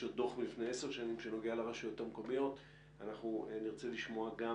יש עוד דוח מלפני 10 שנים שנוגע לרשויות המקומיות ונרצה לשמוע גם